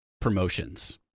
promotions